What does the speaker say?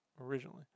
originally